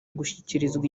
gushyikirizwa